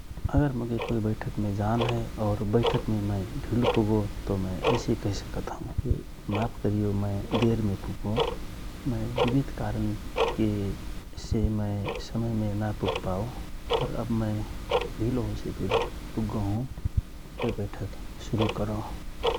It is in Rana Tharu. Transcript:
अगर मोके कोइ बैठकमे जान हए और बैठकमे मय ढिलो पुगो तव मय ऐसे कहि सकत हौ माफ करियो मय देर मे पुगो मय विविध कारण के काम से मय समय मे ना पुगपाओ पर अव मय ढिलो होइसे फिर पुग्गौ हौ । अव बैठक शुरू करौ ।